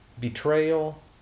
Betrayal